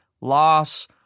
loss